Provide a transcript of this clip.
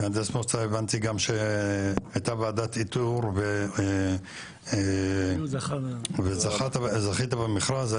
הבנתי שהייתה ועדת איתור וזכית במכרז.